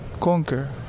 conquer